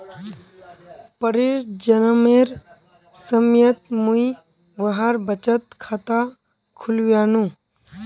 परीर जन्मेर समयत मुई वहार बचत खाता खुलवैयानु